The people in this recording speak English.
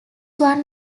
one